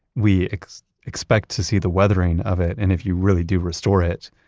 we expect to see the weathering of it, and if you really do restore it,